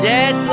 Yes